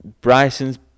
Bryson's